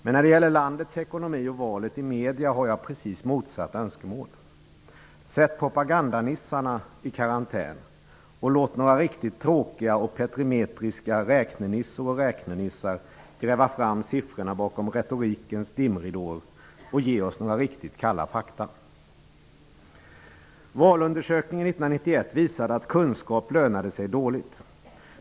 Men när det gäller landets ekonomi och valet i medierna har jag precis motsatt önskemål: Sätt propagandanissarna i karantän och låt några riktigt tråkiga och petrimetriska räknenissor och räknenissar gräva fram siffrorna bakom retorikens dimridåer och ge oss några riktigt kalla fakta. Valundersökningen 1991 visade att kunskap lönade sig dåligt.